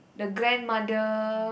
the grandmother